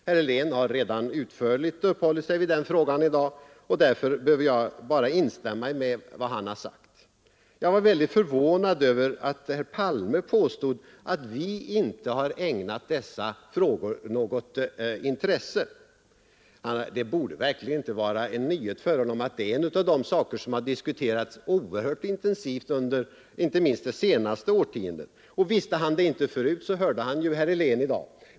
Herr Helén har redan utförligt uppehållit sig vid den frågan i dag, och därför behöver jag bara instämma i vad han har sagt. Jag var väldigt förvånad över att herr Palme påstod att vi inte har ägnat dessa frågor något intresse. Det borde verkligen inte vara en nyhet för herr Palme att detta är en av de saker som har diskuterats oerhört intensivt under inte minst det senaste årtiondet. Och visste han det inte förut, så hörde han ju herr Helén i dag.